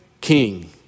king